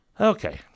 Okay